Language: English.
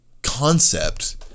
concept